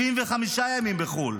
75 ימים בחו"ל,